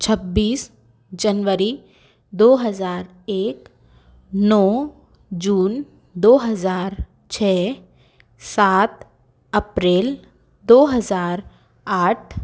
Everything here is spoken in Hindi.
छब्बीस जनवरी दो हज़ार एक नौ जून दो हज़ार छः सात अप्रैल दो हज़ार आठ